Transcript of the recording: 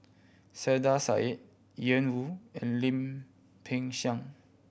Saiedah Said Ian Woo and Lim Peng Siang